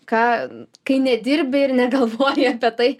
ką kai nedirbi ir negalvoti apie tai